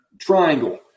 Triangle